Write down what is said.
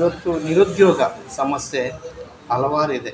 ಇವತ್ತು ನಿರುದ್ಯೋಗ ಸಮಸ್ಯೆ ಹಲವಾರಿದೆ